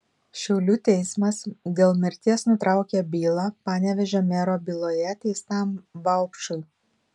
šiaulių teismas dėl mirties nutraukė bylą panevėžio mero byloje teistam vaupšui